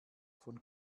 von